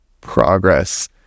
progress